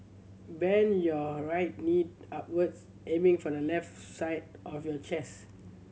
bend your right knee upwards aiming for the left side of your chest